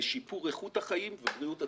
לשיפור איכות החיים ובריאות הציבור,